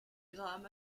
graham